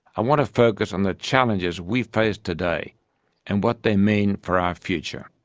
i want to focus on the challenges we face today and what they mean for our future.